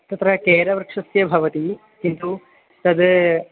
तत्र केरवृक्षस्य भवति किन्तु तद्